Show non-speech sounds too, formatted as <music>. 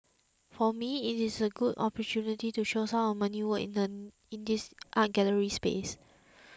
for me it is a good opportunity to show some of my new work <unintelligible> in this art gallery space